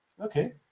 Okay